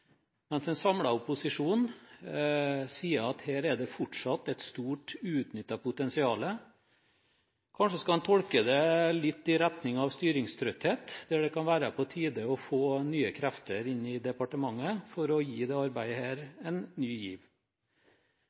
mens en samlet opposisjon sier at her er det fortsatt et stort, uutnyttet potensial. Kanskje skal en tolke det litt i retning av styringstrøtthet, at det kan være på tide å få nye krefter inn i departementet for å gi dette arbeidet en ny giv.